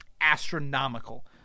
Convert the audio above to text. astronomical